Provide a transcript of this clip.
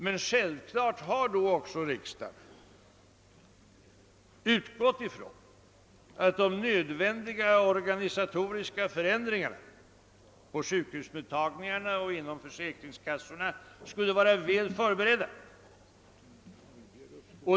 Men självfallet har då riksdagen utgått från att de nödvändiga organisatoriska förändringarna på sjukhusmottagningarna och inom försäkringskassorna varit väl förberedda.